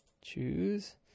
Choose